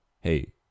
Hey